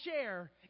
share